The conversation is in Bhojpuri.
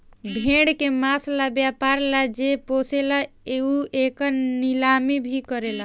भेड़ के मांस ला व्यापर ला जे पोसेला उ एकर नीलामी भी करेला